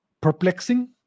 perplexing